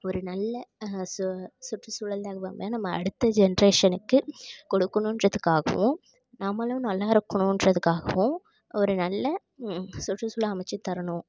ஒரு நல்ல சு சுற்றுசூழல் நம்ம அடுத்த ஜென்ரேஷனுக்கு கொடுக்கணுன்றதுக்காகவும் நம்மளும் நல்லா இருக்கணுன்றதுக்காகவும் ஒரு நல்ல சுற்றுசூழலை அமைச்சி தரணும்